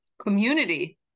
community